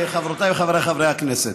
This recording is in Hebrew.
חברותיי וחבריי חברי הכנסת,